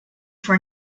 for